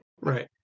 Right